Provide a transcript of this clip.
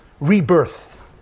rebirth